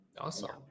Awesome